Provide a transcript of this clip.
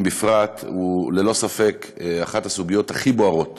בפרט הוא ללא ספק אחת הסוגיות הכי בוערות